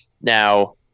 Now